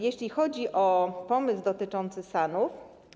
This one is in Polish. Jeśli chodzi o pomysł dotyczący SAN-ów.